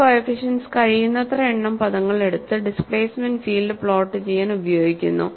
ഈ കോഎഫിഷ്യന്റ്സ് കഴിയുന്നത്ര എണ്ണം പദങ്ങൾ എടുത്ത് ഡിസ്പ്ലേസ്മെന്റ് ഫീൽഡ് പ്ലോട്ട് ചെയ്യാൻ ഉപയോഗിക്കുന്നു